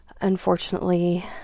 Unfortunately